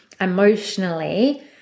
emotionally